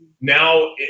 Now